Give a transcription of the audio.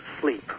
sleep